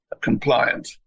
compliant